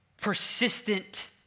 persistent